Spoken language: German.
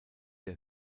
der